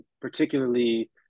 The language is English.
particularly